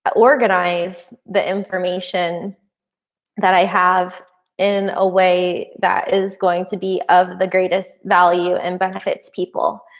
organize the information that i have in a way that is going to be of the greatest value and benefits people.